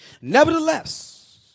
nevertheless